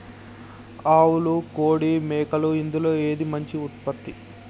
ఆవులు కోడి మేకలు ఇందులో ఏది మంచి ఉత్పత్తి?